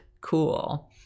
cool